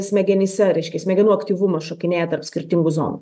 smegenyse reiškia smegenų aktyvumas šokinėja tarp skirtingų zonų